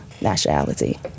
nationality